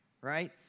right